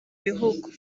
bihugu